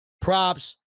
props